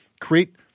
create